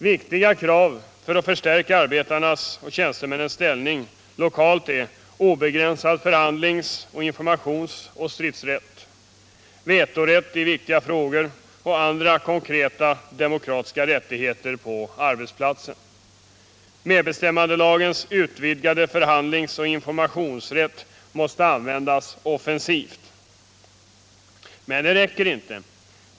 Väsentliga krav för att stärka arbetarnas och tjänstemännens ställning lokalt är obegränsad förhandlings-, informationsoch stridsrätt, vetorätt i viktiga frågor och andra konkreta demokratiska rättigheter på arbetsplatsen. Medbestämmandelagens utvidgade förhandlingsoch informa 93 tionsrätt måste användas offensivt. Men det räcker inte.